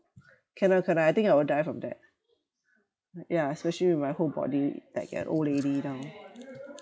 cannot cannot I think I will die from that yeah especially with my whole body like an old lady now